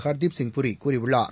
Hardeep Singh பூரிகூறியுள்ளார்